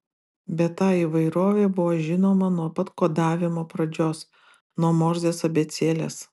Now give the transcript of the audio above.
bet ta įvairovė buvo žinoma nuo pat kodavimo pradžios nuo morzės abėcėlės